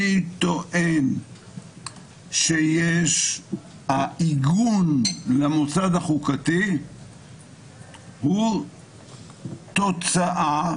אני טוען שיש עיגון למוסד החוקתי והוא תוצאה